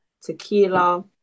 tequila